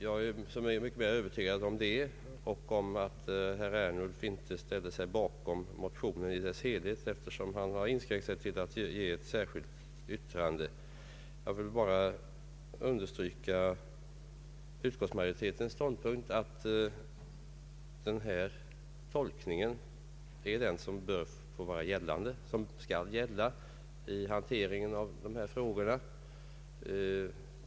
Jag är så mycket mera övertygad om detta och om att herr Ernulf inte ställer sig bakom motionen i dess helhet, som han har inskränkt sig till att avge ett särskilt yttrande. Jag vill understryka utskottsmajoritetens ståndpunkt att denna tolkning är den som bör få vara gällande och som skall gälla vid handläggningen av dessa frågor.